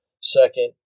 second